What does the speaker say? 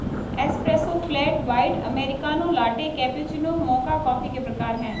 espresso, flat white, americano, latte, cappuccino, mocha coffee के प्रकार हैं